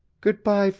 good-bye,